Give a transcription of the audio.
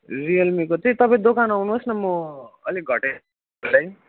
रियलमीको त्यही तपाईँ दोकान आउनुहोस् न म अलिक घटाई घटाई